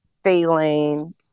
feeling